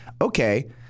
okay